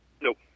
nope